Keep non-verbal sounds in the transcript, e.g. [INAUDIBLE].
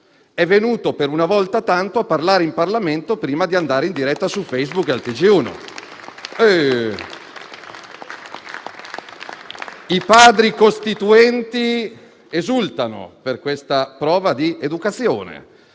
È venuto, una volta tanto, a parlare in Parlamento prima di andare in diretta su Facebook e al TG1. [APPLAUSE] I Padri costituenti esultano per questa prova di educazione,